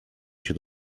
się